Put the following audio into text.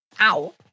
Ow